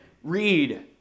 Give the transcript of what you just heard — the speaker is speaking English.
Read